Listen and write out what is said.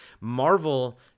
Marvel